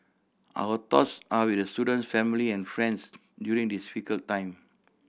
our thoughts are with the student's family and friends during this difficult time